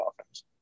offense